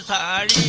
i